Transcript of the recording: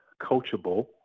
coachable